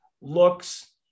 looks